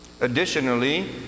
Additionally